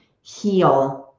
heal